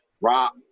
rock